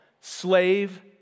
slave